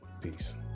Peace